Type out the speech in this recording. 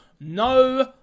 No